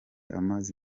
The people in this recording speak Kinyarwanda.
amaze